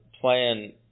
playing